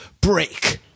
break